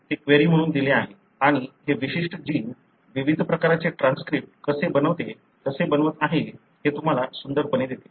मी ते क्वेरी म्हणून दिले आहे आणि हे विशिष्ट जीन विविध प्रकारचे ट्रान्सक्रिप्ट कसे बनवत आहे हे तुम्हाला सुंदरपणे देते